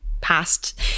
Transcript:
past